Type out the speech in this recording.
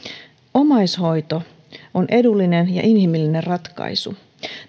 omaishoito on edullinen ja inhimillinen ratkaisu